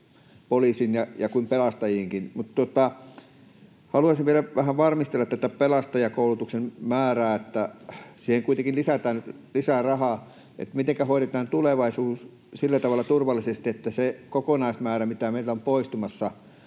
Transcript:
poliisiin ja pelastajiinkin. Haluaisin vielä vähän varmistella tätä pelastajakoulutuksen määrää. Siihen kuitenkin lisätään rahaa. Mitenkä hoidetaan tulevaisuus sillä tavalla turvallisesti, että se kokonaismäärä, mitä meillä on pelastajia